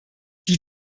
die